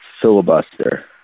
Filibuster